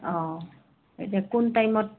অঁ এতিয়া কোন টাইমত